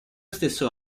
stesso